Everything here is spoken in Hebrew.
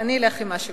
אני אלך עם מה שכולם.